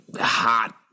hot